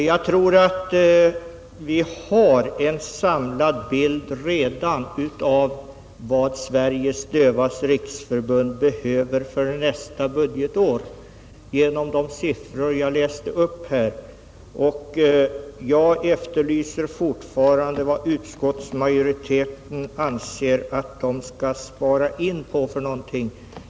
Herr talman! Fru Skantz efterlyser en samlad bild av anslagsbehovet. Jag tror att vi redan har en samlad bild av vad Sveriges dövas riksförbund behöver för nästa budgetår genom de siffror jag nämnde. Och jag efterlyser fortfarande vad utskottsmajoriteten anser att Sveriges dövas riksförbund skall spara in på.